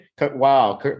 Wow